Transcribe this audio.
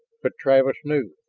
but travis knew!